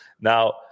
Now